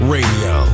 Radio